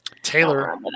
Taylor